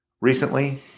recently